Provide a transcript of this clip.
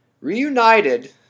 Reunited